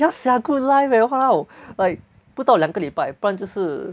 ya sia good life eh !walao! like 不到两个礼拜不然就是